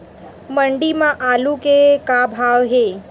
मंडी म आलू के का भाव हे?